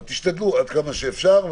תשתדלו ככל האפשר.